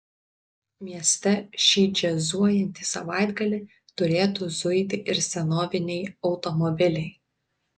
mieste šį džiazuojantį savaitgalį turėtų zuiti ir senoviniai automobiliai